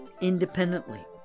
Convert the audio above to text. independently